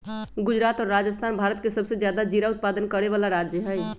गुजरात और राजस्थान भारत के सबसे ज्यादा जीरा उत्पादन करे वाला राज्य हई